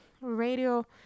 radio